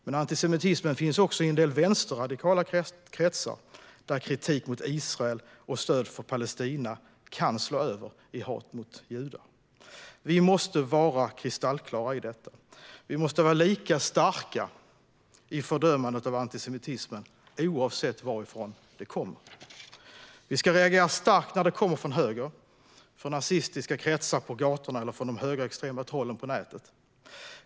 Men antisemitismen finns också i en del vänsterradikala kretsar, där kritik mot Israel och stöd för Palestina kan slå över i hat mot judar. Vi måste vara kristallklara i detta: Vi måste vara lika starka i fördömandet av antisemitismen, oavsett varifrån den kommer. Vi ska reagera starkt när den kommer från höger, från nazistiska kretsar på gatorna eller från de högerextrema trollen på nätet.